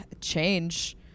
change